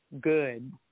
good